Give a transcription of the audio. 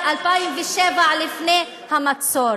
לפני המצור,